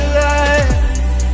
light